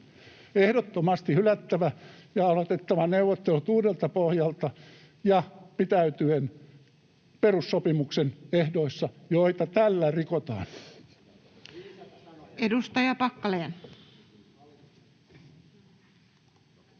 ehdottomasti hylättävä ja aloitettava neuvottelut uudelta pohjalta pitäytyen perussopimuksen ehdoissa, joita tällä rikotaan.